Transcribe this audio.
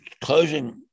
closing